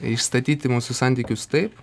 išstatyti mūsų santykius taip